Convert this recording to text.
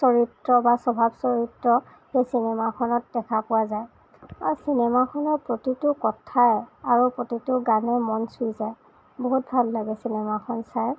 চৰিত্ৰ বা স্বভাৱ চৰিত্ৰ সেই চিনেমাখনত দেখা পোৱা যায় আৰু চিনেমাখনৰ প্ৰতিটো কথাই আৰু প্ৰতিটো গানেই মন চুই যায় বহুত ভাল লাগে চিনেমাখন চাই